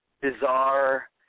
bizarre